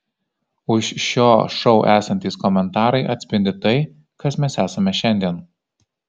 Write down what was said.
už šio šou esantys komentarai atspindi tai kas mes esame šiandien